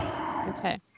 okay